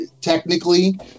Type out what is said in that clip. technically